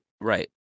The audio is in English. right